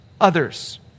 others